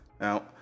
Now